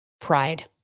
Pride